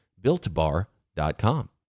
BuiltBar.com